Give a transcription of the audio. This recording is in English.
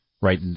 right